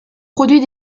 produit